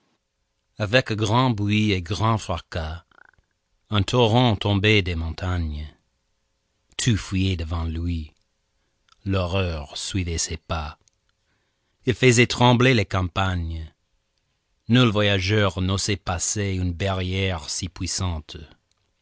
avec grand bruit et grand fracas un torrent tombait des montagnes tout fuyait devant lui l'horreur suivait ses pas il faisait trembler les campagnes nul voyageur n'osait passer une barrière si puissante